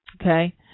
Okay